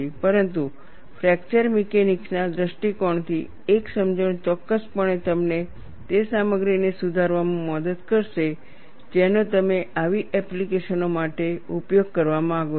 પરંતુ ફ્રેકચર મિકેનિક્સના દૃષ્ટિકોણથી એક સમજણ ચોક્કસપણે તમને તે સામગ્રીને સુધારવામાં મદદ કરશે જેનો તમે આવી એપ્લિકેશનો માટે ઉપયોગ કરવા માંગો છો